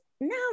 no